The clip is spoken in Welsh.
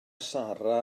sara